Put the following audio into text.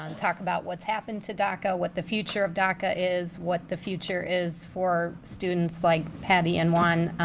um talk about what's happened to daca, what the future of daca is, what the future is for students like patty and juan